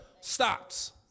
stops